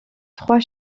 trois